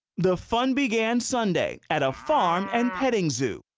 the fun began sunday at a farm and petting zoo.